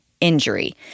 injury